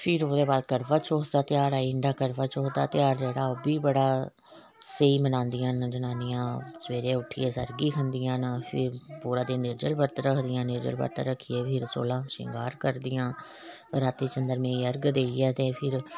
फिर ओहदे बाद करवा चौथ दा ध्यार आई जंदा करवा चौथ दा ध्यार जेहड़ा ओ हबी बड़ा स्हेई मनांदी ना जनानी सबेरे उट्ठिऐ सरगी खंदी ना फिर पूरा दिन निर्जल बर्त रखदियां ना निर्जल बर्त रक्खियै फ्ही सोलां सिंगार करदी ना राती चंद्रमा गी अर्घ देइयै फिर